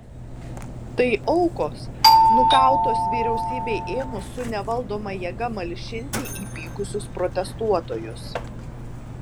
tai aukos nukautos vyriausybei ėmus su nevaldoma jėga malšinti įpykusius protestuotojus